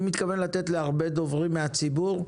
אני מתכוון לתת להרבה דוברים מהציבור,